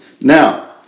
Now